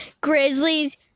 Grizzlies